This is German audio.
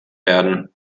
werden